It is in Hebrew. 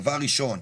דבר ראשון,